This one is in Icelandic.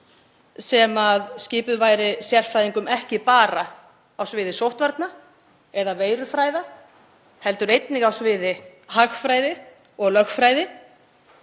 sem skipuð væri sérfræðingum, ekki bara á sviði sóttvarna eða veirufræða, heldur einnig á sviði hagfræði og lögfræði,